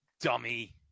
dummy